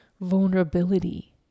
vulnerability